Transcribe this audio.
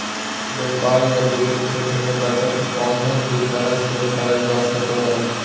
व्यापार या वित्तीय क्षेत्र मे बचत कउनो भी तरह से करल जा सको हय